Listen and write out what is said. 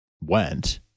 went